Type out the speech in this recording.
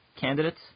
candidates